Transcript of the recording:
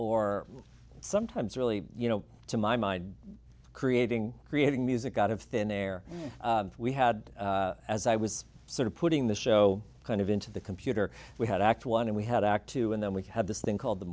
or sometimes really you know to my mind creating creating music out of thin air we had as i was sort of putting the show kind of into the computer we had act one and we had act two and then we have this thing called the